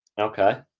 Okay